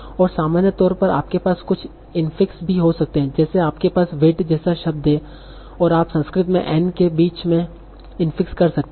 और सामान्य तौर पर आपके पास कुछ इन्फिक्स भी हो सकते हैं जैसे आपके पास vid जैसा शब्द है और आप संस्कृत में n के बीच में इन्फिक्स कर सकते हैं